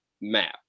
map